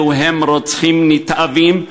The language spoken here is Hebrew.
אלו הם רוצחים נתעבים,